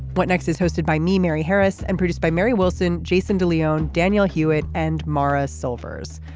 what next is hosted by me mary harris and produced by mary wilson jason de leone daniel hewett and maurice silvers.